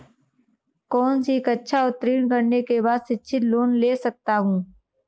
कौनसी कक्षा उत्तीर्ण करने के बाद शिक्षित लोंन ले सकता हूं?